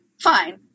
Fine